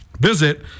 visit